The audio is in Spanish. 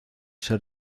ser